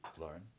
Lauren